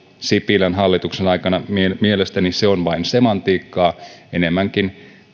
sipilän hallituksen aikana mielestäni on vain semantiikkaa enemmänkin